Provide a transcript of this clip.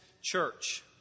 Church